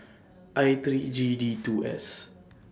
I three G D two S